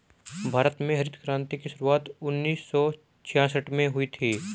भारत में हरित क्रान्ति की शुरुआत उन्नीस सौ छियासठ में हुई थी